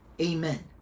amen